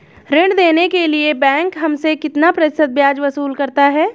ऋण देने के लिए बैंक हमसे कितना प्रतिशत ब्याज वसूल करता है?